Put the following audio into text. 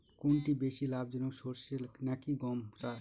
কোনটি বেশি লাভজনক সরষে নাকি গম চাষ?